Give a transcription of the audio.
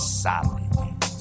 solid